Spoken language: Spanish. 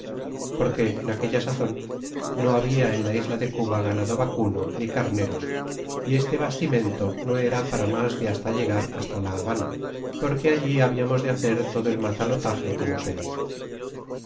porque en aquella sazon no habla en la isla de cuba ganado vacuno ni carneros y este bastimento no era para mas de hasta llegar á la ha bana porque allí hablamos de hacer todo el matalotage como se hizo